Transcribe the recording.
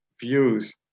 views